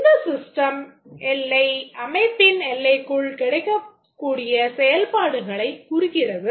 இந்த system எல்லை அமைப்பின் எல்லைக்குள் கிடைக்கக்கூடிய செயல்பாடுகளைக் குறிக்கிறது